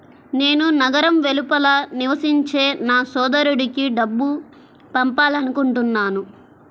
నేను నగరం వెలుపల నివసించే నా సోదరుడికి డబ్బు పంపాలనుకుంటున్నాను